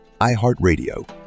iHeartRadio